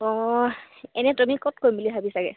অঁ এনেই তুমি ক'ত কৰিম বুলি ভাবিচাগে